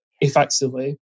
effectively